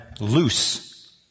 loose